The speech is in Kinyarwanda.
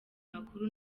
makuru